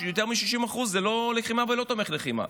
יותר מ-60% זה לא לחימה ולא תומך לחימה.